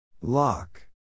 Lock